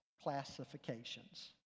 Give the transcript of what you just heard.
classifications